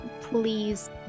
please